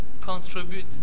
contribute